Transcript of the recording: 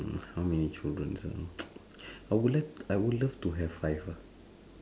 mm how many children ah I would like I would love to have five ah